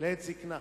לעת זיקנה.